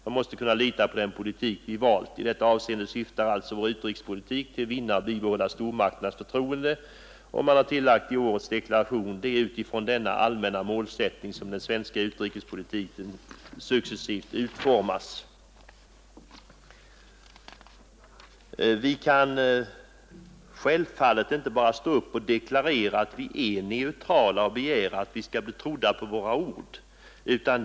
Man måste kunna lita på den politik vi valt. I detta hänseende syftar alltså vår utrikespolitik till att vinna och bibehålla stormakternas förtroende.” Man tillägger i årets deklaration: ”Det är utifrån denna allmänna målsättning som den svenska utrikespolitiken successivt utformas.” Vi kan självfallet inte bara stå upp och deklarera att vi är neutrala och begära att vi skall bli trodda på våra ord.